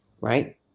Right